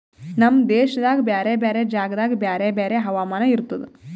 ನಮ್ ದೇಶದಾಗ್ ಬ್ಯಾರೆ ಬ್ಯಾರೆ ಜಾಗದಾಗ್ ಬ್ಯಾರೆ ಬ್ಯಾರೆ ಹವಾಮಾನ ಇರ್ತುದ